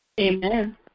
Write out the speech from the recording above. Amen